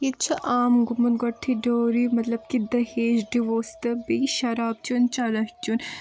ییٚتہِ چھُ عام گوٚمُت گۄڈنٮ۪تھٕے ڈوری مطلب کہِ دہیج ڈِوٲرٕس تہٕ بیٚیہِ شراب چیوٚن چرس چیوٚن